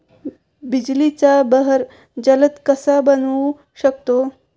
बिजलीचा बहर जलद कसा बनवू शकतो?